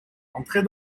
entrez